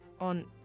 on